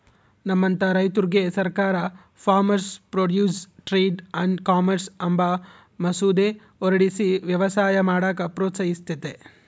ನಮ್ಮಂತ ರೈತುರ್ಗೆ ಸರ್ಕಾರ farmers produce trade and commerce ಅಂಬ ಮಸೂದೆ ಹೊರಡಿಸಿ ವ್ಯವಸಾಯ ಮಾಡಾಕ ಪ್ರೋತ್ಸಹಿಸ್ತತೆ